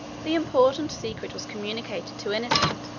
the important secret was communicated to innocent,